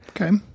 Okay